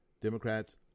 Democrats